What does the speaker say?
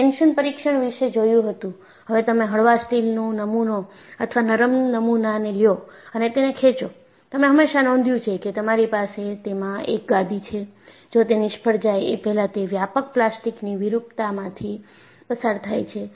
tension પરીક્ષણ વિશે જોયુ હતું હવે તમે હળવા સ્ટીલનું નમુના અથવા નરમ નમુના ને લ્યો અને તેને ખેંચો તમે હંમેશા નોંધ્યું છે કે તમારી પાસે તેમાં એક ગાદી છે જો તે નિષ્ફળ જાય એ પહેલાં તે વ્યાપક પ્લાસ્ટિકની વિરૂપતામાંથી પસાર થાય છે